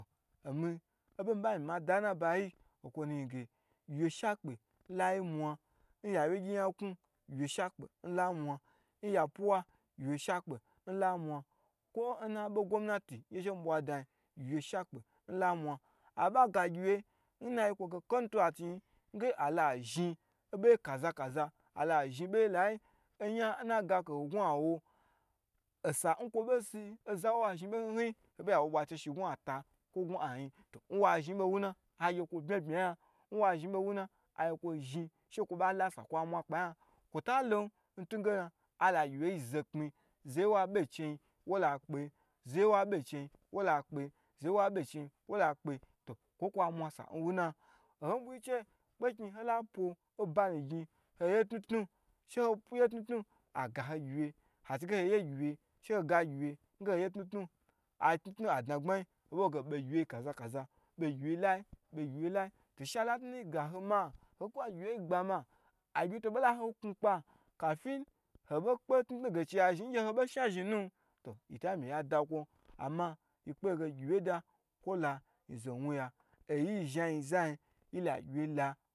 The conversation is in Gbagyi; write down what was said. Omi obo nmi ba mi ma da nnabayi kwo nu nyin ge gyi wye shakpe layi mwa, n nawye gyi nyaka gyiwye shakpe la mwa n yafuwa gyiwye shakpe la mwa, kwo nhabe gomnati gye she mi bwa dayin aba ga gyi wyu nnayi kwo ge contrate nge alo ai zhin obo kaza kaza alo ai zhi beye layi oyan nnaga ashewyi n gwa wo she sa yi nkwo bei si hobei gye ai wo bwa che shi n gwa ata kwo n gwa ayin, n wa zhin bo nwuna bye bye yia nwa zhin bo n wuna agye kwo la sa la agye kwo la sa kwa mwa kpaynga kwo ta lon n tugena alagyi wye yi zo kpni zaye wa be ncheyin wo la kpe zaye wabe ncheyin wolakpe to kwo ye kwa mwa sa n wuna nhobu gyi che kposun holapo oba nu gni hoye tnu tunu she ho ye tnu tnu aga ho gyiwye ha ci ge hoye gyiwye ha cige hoye gyi we she ho ga gyiwye, atnu tnu a dnagbma yi hoba wo ge be ngyiwye yi layi kaza kaza be gyiwye lai be gyiwye yi lai she a la tnu tnu ga ho ma agyenyi to bo la ho knu kpa kafin ho kpe tnu tnu gaiciya zhin nu ngye ho bei shna zhin nu to yita mi ya da kwon ama ye kpeloge gyi wye da kwo la yinzo wuya n yi zhin yin za yi yila